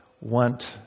want